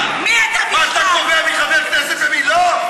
אתה קובע מי חבר כנסת ומי לא?